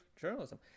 journalism